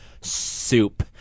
soup